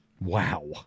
Wow